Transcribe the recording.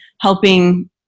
helping